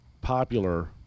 popular